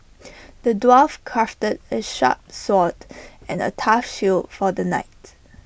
the dwarf crafted A sharp sword and A tough shield for the knight